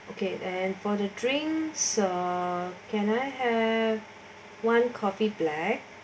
okay and for the drink uh can I have one coffee black